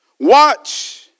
Watch